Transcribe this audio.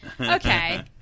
Okay